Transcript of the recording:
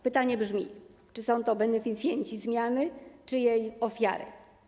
Pytanie brzmi: Czy są to beneficjenci zmiany, czy jej ofiary?